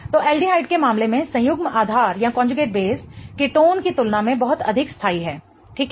तो एल्डिहाइड के मामले में संयुग्म आधार कीटोन की तुलना में बहुत अधिक स्थाई है ठीक है